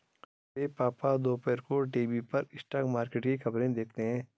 मेरे पापा दोपहर को टीवी पर स्टॉक मार्केट की खबरें देखते हैं